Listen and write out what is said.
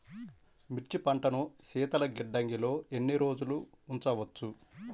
మిర్చి పంటను శీతల గిడ్డంగిలో ఎన్ని రోజులు ఉంచవచ్చు?